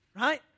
right